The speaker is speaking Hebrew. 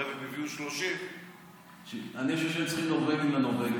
הרי הם הביאו 30. אני חושב שהם צריכים נורבגים לנורבגים.